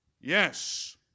Yes